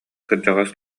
кырдьаҕас